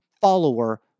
follower